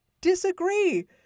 disagree